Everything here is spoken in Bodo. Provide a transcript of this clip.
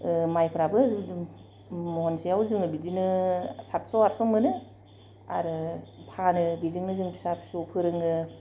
माइफ्राबो महनसेयाव जोङो बिदिनो साटस' आटस' मोनो आरो फानो बेजोंनो जों फिसा फिसौ फोरोङो